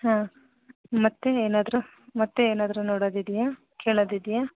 ಹಾಂ ಮತ್ತು ಏನಾದರೂ ಮತ್ತು ಏನಾದರೂ ನೋಡೋದಿದೆಯಾ ಕೇಳೋದಿದೆಯಾ